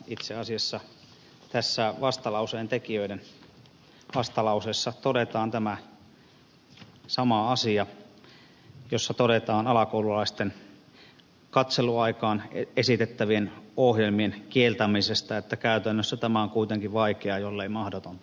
itse asiassa vastalauseen tekijöiden vastalauseessa todetaan tämä sama asia todetaan alakoululaisten katseluaikaan esitettävien ohjelmien kieltämisestä että käytännössä tämä on kuitenkin vaikeaa jollei mahdotonta